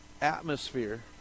atmosphere